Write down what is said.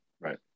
Right